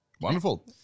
Wonderful